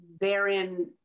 Therein